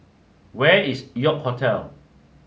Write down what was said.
where is York Hotel